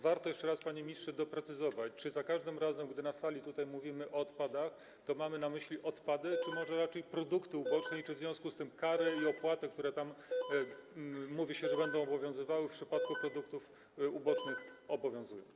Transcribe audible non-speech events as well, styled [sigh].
Warto jeszcze raz, panie ministrze, doprecyzować, czy za każdym razem, gdy tutaj, na sali, mówimy o odpadach, to mamy na myśli odpady [noise] czy może raczej produkty uboczne i czy w związku z tym kary i opłaty, o których mówi się, że będą obowiązywały w przypadku produktów ubocznych, obowiązują.